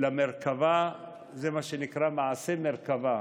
למרכב"ה, זה מה שנקרא "מעשה מרכבה".